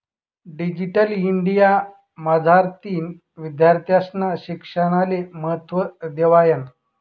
digital India मझारतीन विद्यार्थीस्ना शिक्षणले महत्त्व देवायनं